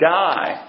die